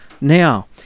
Now